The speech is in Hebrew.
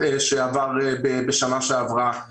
העברת עודפים.